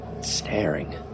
staring